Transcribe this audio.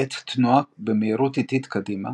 בעת תנועה במהירות איטית קדימה,